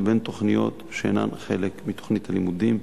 לבין תוכניות שאינן חלק מתוכנית הלימודים,